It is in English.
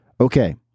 Okay